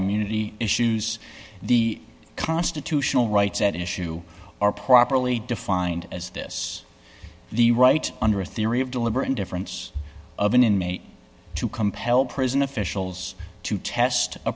immunity issues the constitutional rights at issue are properly defined as this the right under a theory of deliberate indifference of an inmate to compel prison officials to test a